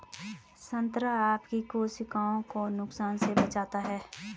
संतरा आपकी कोशिकाओं को नुकसान से बचाता है